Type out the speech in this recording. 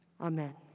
Amen